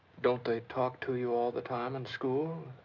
don't they talk to you all the time in school?